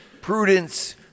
Prudence